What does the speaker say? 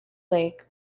lake